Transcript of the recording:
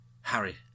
Harry